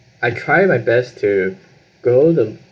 I try my best to go to